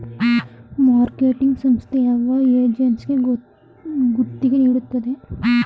Marketing ಸಂಸ್ಥೆ ಯಾವ ಏಜೆನ್ಸಿಗೆ ಗುತ್ತಿಗೆ ನೀಡುತ್ತದೆ?